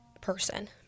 person